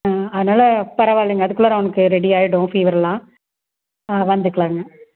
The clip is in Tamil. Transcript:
அதனால் பரவாலங்க அதற்குள்ளாற அவனுக்கு ரெடி ஆயிடும் ஃபீவரெல்லாம் வந்துக்குலாங்க